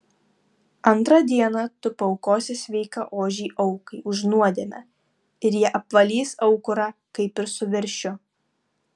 antrą dieną tu paaukosi sveiką ožį aukai už nuodėmę ir jie apvalys aukurą kaip ir su veršiu